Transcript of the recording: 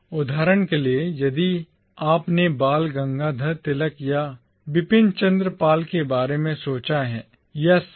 उदाहरण के लिए यदि आपने बाल गंगाधर तिलक या बिपिन चंद्र पाल के बारे में सोचा है या सी